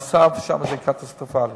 המצב שם זה קטסטרופה.